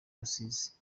rusizi